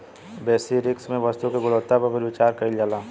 बेसि रिस्क में वस्तु के गुणवत्ता पर भी विचार कईल जाला